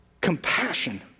compassion